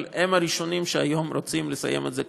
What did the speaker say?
אבל הם הראשונים שהיום רוצים לסיים את זה,